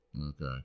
Okay